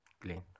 clean